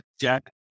Jack